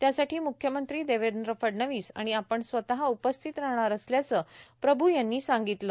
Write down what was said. त्यासाठी मुख्यमंत्री देवेंद्र फडवणीस आणि आपण स्वतः उपस्थित राहणार असल्याचं प्रभू यांनी सांगितलं